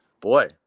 boy